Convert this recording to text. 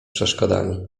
przeszkodami